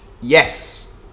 Yes